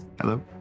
Hello